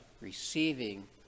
receiving